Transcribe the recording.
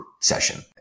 session